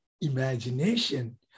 imagination